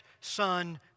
son